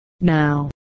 Now